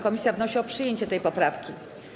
Komisja wnosi o przyjęcie tej poprawki.